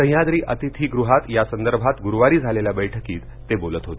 सह्याद्री अतिथीगृहात या संदर्भात गुरुवारी झालेल्या बैठकीत ते बोलत होते